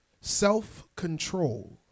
self-control